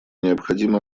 необходимо